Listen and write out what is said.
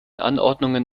anordnungen